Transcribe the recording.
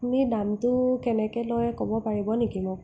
আপুনি দামটো কেনেকৈ লয় ক'ব পাৰিব নেকি মোক